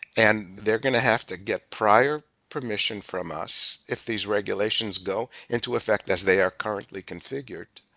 and they're going to have to get prior permission from us if these regulations go into effect as they are currently configured.